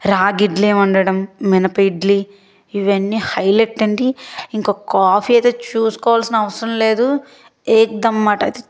రాగిడ్లీ వండడం మినపిడ్లీ ఇవన్నీ హైలెట్ అండి ఇంక కాఫీ అయితే చూసుకోవాల్సిన అవసరం లేదు ఏక్ ధమ్ మాట